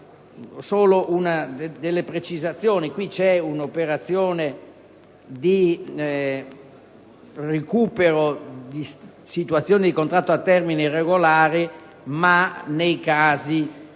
come precisazioni. È in atto un'operazione di recupero di situazioni di contratto a termine irregolari, ma nei casi